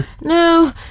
No